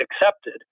accepted